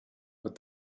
but